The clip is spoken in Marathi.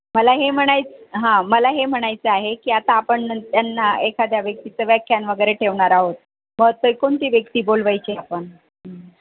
मला हे म्हणायच हां मला हे म्हणायचं आहे की आता आपण त्यांना एखाद्या व्यक्तीचं व्याख्यान वगैरे ठेवणार आहोत मग ते कोणती व्यक्ती बोलवायची आपण